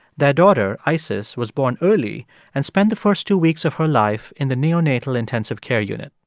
their daughter, isis, was born early and spent the first two weeks of her life in the neonatal intensive care unit.